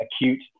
acute